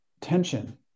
Tension